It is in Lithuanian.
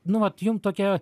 nu vat jum tokia